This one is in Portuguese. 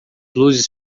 luzes